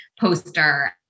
poster